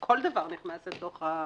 נכנס.